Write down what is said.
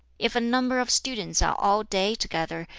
if a number of students are all day together,